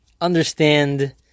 understand